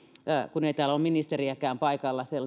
kun ei täällä ole sellaista ministeriäkään paikalla